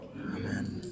Amen